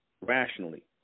rationally